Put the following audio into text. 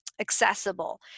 accessible